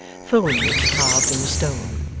foliage carved in the stone,